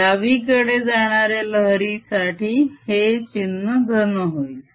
डावीकडे जाणाऱ्या लहरीसाठी हे चिन्ह धन होईल